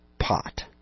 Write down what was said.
pot